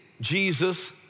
Jesus